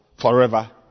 forever